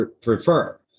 prefer